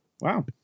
Wow